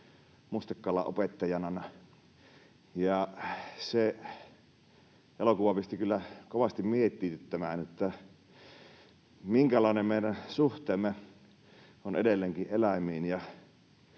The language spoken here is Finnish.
”Mustekala opettajana”, ja se elokuva pisti kyllä kovasti miettimään, minkälainen on meidän suhteemme edelleenkin eläimiin